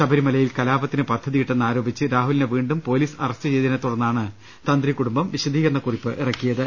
ശബരിമല്യിൽ കലാപത്തിന് പദ്ധതിയിട്ടെന്ന് ആരോ പിച്ച് രാഹുലിനെ വീണ്ടും പൊലീസ് അറസ്റ്റ് ചെയ്തതിനെ തുടർന്നാണ് തന്ത്രി കുടുംബം വിശദീകരണക്കുറിപ്പ് ഇറക്കിയത്